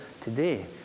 today